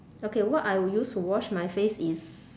okay what I would use to wash my face is